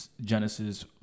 Genesis